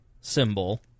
symbol